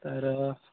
तर